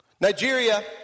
Nigeria